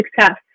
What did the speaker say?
success